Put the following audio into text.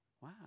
Wow